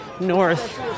north